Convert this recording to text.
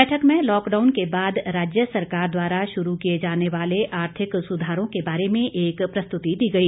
बैठक में लॉकडाउन के बाद राज्य सरकार द्वारा शुरू किए जाने वाले आर्थिक सुधारों के बारे में एक प्रस्तुति दी गई